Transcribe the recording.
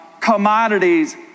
commodities